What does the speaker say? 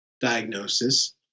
diagnosis